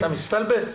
אתה מסתלבט?